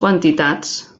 quantitats